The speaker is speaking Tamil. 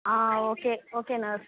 ah okay okay nurse